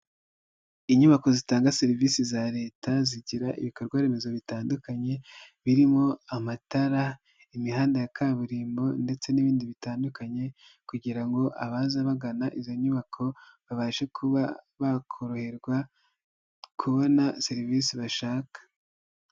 Inyubako zitanga serivisi za leta zigira ibikorwaremezo bitandukanye, birimo amatara, imihanda ya kaburimbo, ndetse n'ibindi bitandukanye kugira ngo abaza bagana izo nyubako babashe kuba bakoroherwa kubona serivisi bashaka.